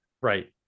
Right